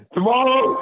Tomorrow